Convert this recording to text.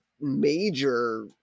major